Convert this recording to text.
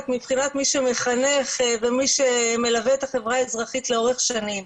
מבחינת מי שמלווה את החברה האזרחית לאורך שנים,